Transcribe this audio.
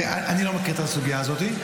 אני לא מכיר את הסוגיה הזאת.